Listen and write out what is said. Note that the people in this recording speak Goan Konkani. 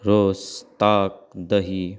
रोस ताक दही